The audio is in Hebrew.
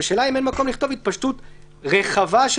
האם אין מקום לכתוב: התפשטות רחבה של